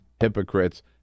hypocrites